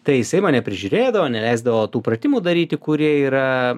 tai jisai mane prižiūrėdavo neleisdavo tų pratimų daryti kurie yra